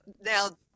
now